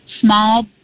small